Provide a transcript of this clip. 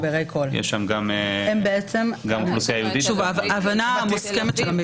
יש בהן גם אוכלוסייה יהודית וגם ערבית.